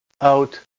out